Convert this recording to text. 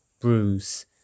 bruise